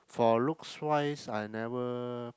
for looks wise I never